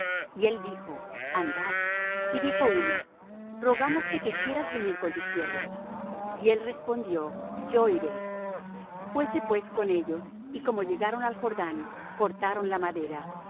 y él dijo andad y dijo uno rogámoste que quieras venir con tus siervos y él respondió yo iré fuése pues con ellos y como llegaron al jordán cortaron la madera y